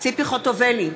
ציפי חוטובלי,